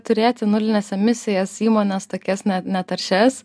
turėti nulines emisijas įmones tokias ne netaršias